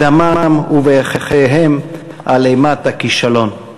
בדמם ובחייהם על אימת הכישלון.